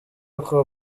ariko